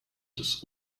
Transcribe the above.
des